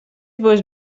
būs